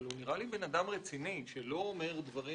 אבל הוא נראה לי בן אדם רציני שלא אומר דברים